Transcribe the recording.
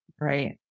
Right